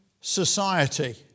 society